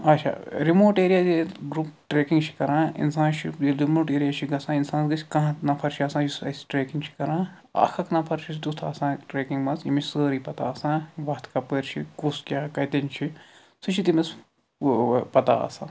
اَچھا remote area ییٚلہِ group tracking چھِ کَران اِنسان چھُ ییٚلہِ رِموٹ ایٚرا چھُ گژھان اِنسانَس گژھِ کانٛہہ نفر چھُ آسان یُس اَسہِ ٹرٛیٚکِنٛگ چھُ کَران اَکھ اَکھ نفر چھُس تٮُ۪تھ آسان ٹرٛیکِنٛگ منٛز یٔمِس سٲرٕے پتہٕ آسان وَتھ کَپٲرۍ چھِ کُس کیٛاہ کَتٮ۪ن چھُ سُہ چھُ تٔمِس پتہٕ آسان